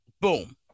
boom